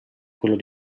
quello